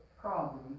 problem